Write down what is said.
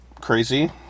crazy